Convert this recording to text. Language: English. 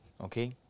Okay